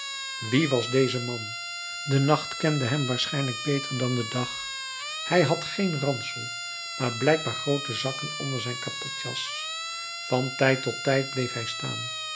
wie was deze man de nacht kende hem waarschijnlijk beter dan de dag hij had geen ransel maar blijkbaar groote zakken onder zijn kapotjas van tijd tot tijd bleef hij staan